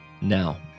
Now